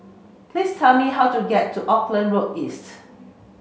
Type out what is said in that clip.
please tell me how to get to Auckland Road East